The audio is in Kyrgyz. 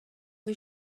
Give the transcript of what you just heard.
бул